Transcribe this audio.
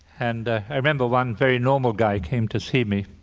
and i remember one very normal guy came to see me